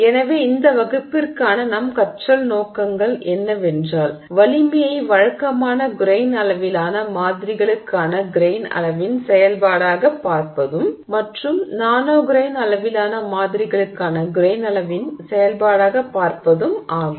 எனவே இந்த வகுப்பிற்கான நம் கற்றல் நோக்கங்கள் என்னவென்றால் வலிமையை வழக்கமான கிரெய்ன் அளவிலான மாதிரிகளுக்கான கிரெய்ன் அளவின் செயல்பாடாகப் பார்ப்பதும் மற்றும் நானோ கிரெய்ன் அளவிலான மாதிரிகளுக்கான கிரெய்ன் அளவின் செயல்பாடாகப் பார்ப்பதும் ஆகும்